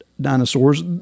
dinosaurs